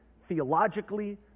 theologically